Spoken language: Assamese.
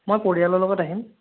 মই পৰিয়ালৰ লগত আহিম